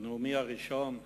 בנאומי הראשון,